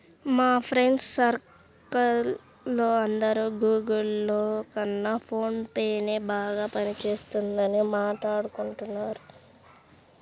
మా friends circle లో అందరూ గుగుల్ పే కన్నా ఫోన్ పేనే బాగా పని చేస్తున్నదని మాట్టాడుకుంటున్నారు